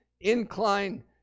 incline